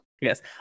Yes